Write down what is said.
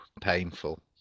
painful